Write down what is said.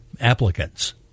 applicants